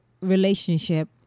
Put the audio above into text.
relationship